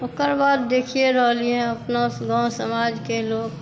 ओकर बाद देखिए रहलिए यऽ अपना गाँव समाजके लोक